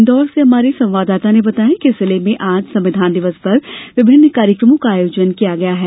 इन्दौर से हमारे संवादंदाता ने बताया है कि जिले में आज संविधान दिवस पर विभिन्न कार्यक्रमों का आयोजन किया गया है